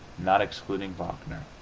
not excluding wagner.